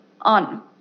on